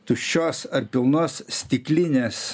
tuščios ar pilnos stiklinės